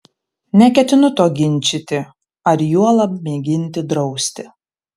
neketinu to ginčyti ar juolab mėginti drausti